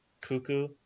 cuckoo